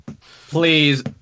Please